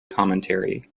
commentary